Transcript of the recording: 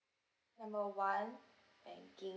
call one banking